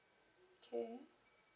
okay